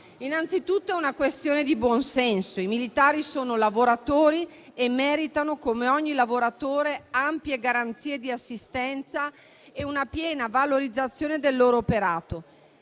Innanzitutto è una questione di buon senso: i militari sono lavoratori e meritano, come ogni lavoratore, ampie garanzie di assistenza e una piena valorizzazione del loro operato.